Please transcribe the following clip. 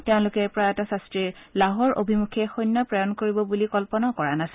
তেওঁলোকে প্ৰয়াত শাস্ত্ৰীয়ে লাহোৰ অভিমুখে সৈন্য প্ৰেৰণ কৰিব বুলি কল্পনাও কৰা নাছিল